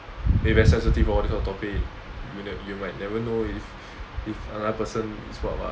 eh very sensitive hor this kind of topic you might you might never know if if another person is what [what]